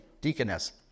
deaconess